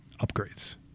upgrades